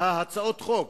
הצעות החוק